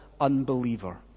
unbeliever